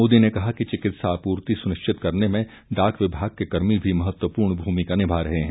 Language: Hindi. मोदी ने कहा कि चिकित्सा आपूर्ति सुनिश्चित करने में डाक विभाग के कर्मी भी महत्वपूर्ण भूमिका निभा रहे हैं